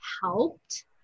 helped